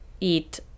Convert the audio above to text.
eat